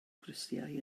grisiau